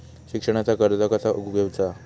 शिक्षणाचा कर्ज कसा घेऊचा हा?